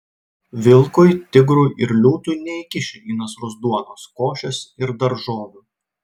vilkui tigrui ir liūtui neįkiši į nasrus duonos košės ir daržovių